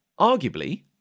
arguably